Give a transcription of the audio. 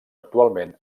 actualment